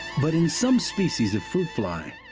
but in some species of fruit fly,